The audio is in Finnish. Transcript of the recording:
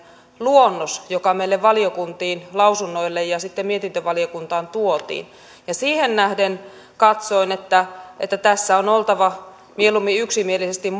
luonnos joka meille valiokuntiin lausunnoille ja sitten mietintövaliokuntaan tuotiin siihen nähden katsoin että että tässä on oltava mieluummin yksimielisesti